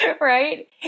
right